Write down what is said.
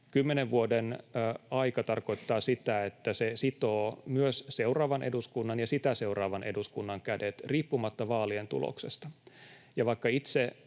Kymmenen vuoden aika tarkoittaa sitä, että se sitoo myös seuraavan eduskunnan ja sitä seuraavan eduskunnan kädet riippumatta vaalien tuloksesta.